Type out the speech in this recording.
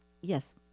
yes